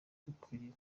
dukwiriye